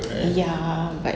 ya but